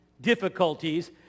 difficulties